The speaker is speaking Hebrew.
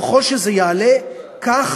וככל שזה יעלה, כך